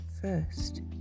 first